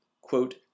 Quote